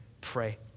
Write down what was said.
pray